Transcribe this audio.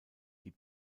die